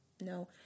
No